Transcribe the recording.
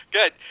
Good